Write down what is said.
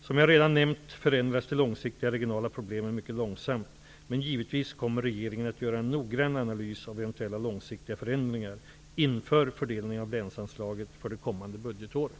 Som jag redan nämnt förändras de långsiktiga regionala problemen mycket långsamt, men givetvis kommer regeringen att göra en noggrann analys av eventuella långsiktiga förändringar inför fördelningen av länsanslaget för det kommande budgetåret.